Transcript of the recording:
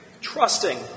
trusting